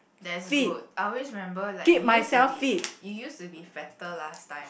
that's good I always remember like you used to be you used to be fatter last time